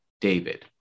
David